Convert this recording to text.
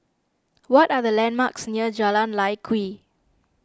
what are the landmarks near Jalan Lye Kwee